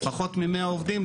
פחות ממאה עובדים,